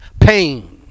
pain